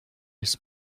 his